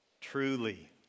truly